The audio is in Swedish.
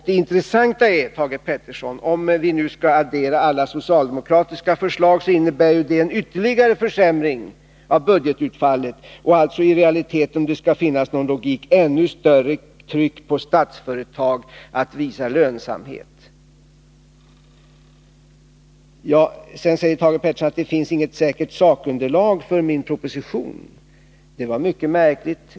Det intressanta är, Thage Peterson, att om vi adderar alla socialdemokratiska förslag så finner vi att dessa innebär en ytterligare försämring av budgetutfallet och i realiteten, om det skall finnas någon logik, ännu större tryck på Statsföretag att visa lönsamhet. Sedan säger Thage Peterson att det inte finns något säkert sakunderlag för min proposition. Det var mycket märkligt.